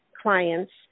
clients